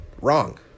wrong